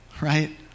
right